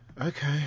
Okay